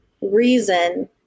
reason